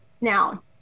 Now